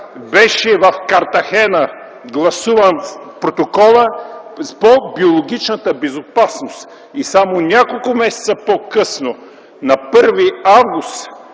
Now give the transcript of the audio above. в Картахена беше гласуван Протоколът по биологичната безопасност. Само няколко месеца по-късно, на 1 август